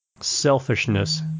selfishness